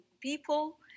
people